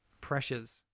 pressures